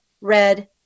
red